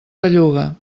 belluga